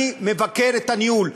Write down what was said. אני מבקר את הניהול.